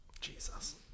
Jesus